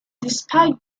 despite